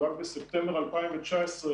ורק בספטמבר 2019,